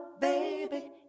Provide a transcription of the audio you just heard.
baby